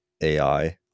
AI